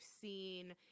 seen